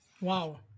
Wow